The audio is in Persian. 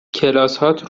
کلاسهات